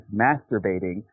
masturbating